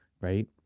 right